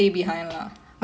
mm